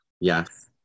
Yes